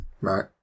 Right